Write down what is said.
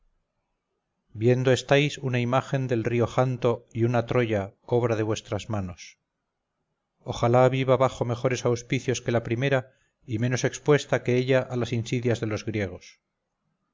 nosotros viendo estáis una imagen del río janto y una troya obra de vuestras manos ojalá viva bajo mejores auspicios que la primera y menos expuesta que ella a las insidias de los griegos